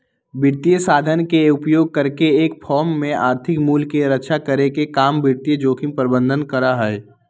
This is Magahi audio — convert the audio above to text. वित्तीय साधन के उपयोग करके एक फर्म में आर्थिक मूल्य के रक्षा करे के काम वित्तीय जोखिम प्रबंधन करा हई